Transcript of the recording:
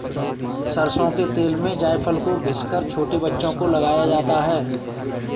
सरसों के तेल में जायफल को घिस कर छोटे बच्चों को लगाया जाता है